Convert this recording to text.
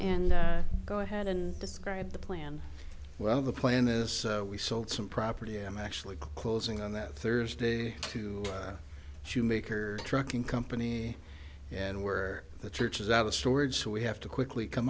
and go ahead and describe the plan well the plan is we sold some property i'm actually closing on that thursday to schumaker trucking company and we're the church is out of storage so we have to quickly come